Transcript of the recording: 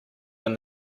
when